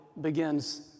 begins